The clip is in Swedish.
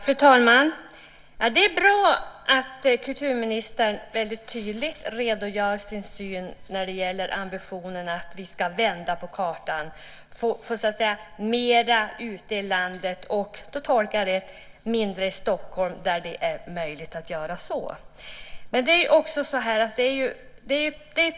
Fru talman! Det är bra att kulturministern väldigt tydligt redogör för sin syn när det gäller ambitionen att vi, där det är möjligt att göra så, ska vända på kartan och så att säga få mer ute i landet och, som jag tolkar det, mindre i Stockholm.